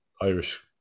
Irish